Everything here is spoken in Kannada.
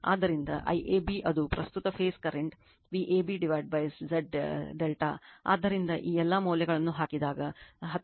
ಆದ್ದರಿಂದ IAB ಅದು ಪ್ರಸ್ತುತ ಫೇಸ್ ಕರೆಂಟ್ VabZ ∆ ಆದ್ದರಿಂದ ಈ ಎಲ್ಲಾ ಮೌಲ್ಯಗಳನ್ನು ಹಾಕಿದಾಗ 19